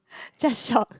just shout